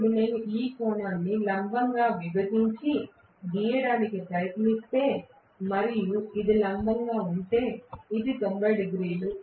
ఇప్పుడు నేను ఈ కోణాన్ని లంబంగా విభజించి గీయడానికి ప్రయత్నిస్తే మరియు ఇది లంబంగా ఉంటే ఇది 90 డిగ్రీలు